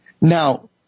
Now